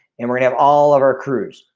and we're gonna have all of our crews.